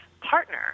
partner